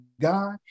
God